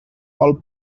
all